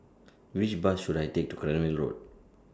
Which Bus should I Take to Cranwell Road